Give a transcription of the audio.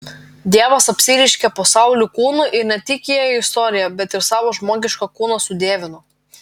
dievas apsireiškė pasauliui kūnu ir ne tik įėjo į istoriją bet ir savo žmogišką kūną sudievino